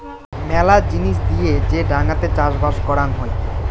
মেলা জিনিস দিয়ে যে ডাঙাতে চাষবাস করাং হই